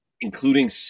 including